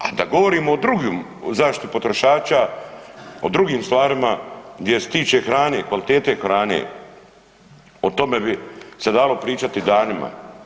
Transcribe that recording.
A da govorimo o drugim zaštiti potrošača, o drugim stvarima gdje se tiče hrane, kvalitete hrane, o tome bi se dalo pričati danima.